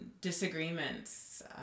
disagreements